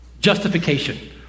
justification